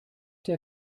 der